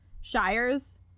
shires